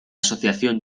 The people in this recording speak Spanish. asociación